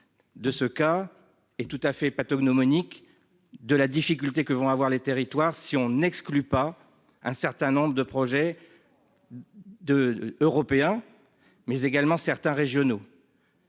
De ce cas et tout à fait. Pas Monique de la difficulté que vont avoir les territoires, si on exclut pas un certain nombre de projets. Deux européens, mais également certains régionaux.